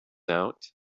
out